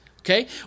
okay